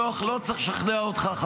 לא צריך לשכנע אותך,